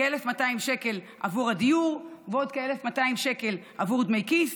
כ-1,200 שקל עבור הדיור ועוד כ-1,200 שקל עבור דמי כיס,